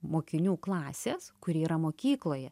mokinių klasės kuri yra mokykloje